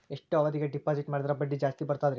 ಎಷ್ಟು ಅವಧಿಗೆ ಡಿಪಾಜಿಟ್ ಮಾಡಿದ್ರ ಬಡ್ಡಿ ಜಾಸ್ತಿ ಬರ್ತದ್ರಿ?